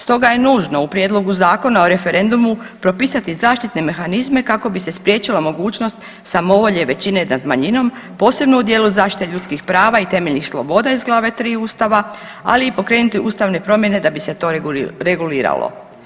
Stoga je nužno u Prijedlogu zakona o referendumu propisati zaštitne mehanizme kako bi se spriječila mogućnost samovolje većine nad manjinom, posebno u dijelu zaštite ljudskih prava i temeljnih sloboda iz glave tri Ustava, ali i promijeniti ustavne promjene da bi se to reguliralo.